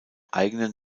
eigene